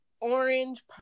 orange